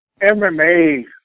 MMA